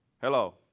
Hello